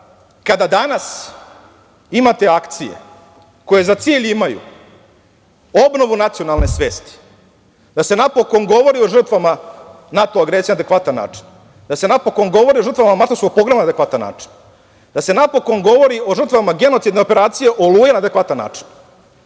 kada danas imate akcije koje za cilj imaju obnovu nacionalne svesti, da se napokon govori o žrtvama NATO agresije na adekvatan način, da se napokon govori o žrtvama martovskog pogroma na adekvatan način, da se napokon govori o žrtvama genocidne operacije „Oluja“ na adekvatan način,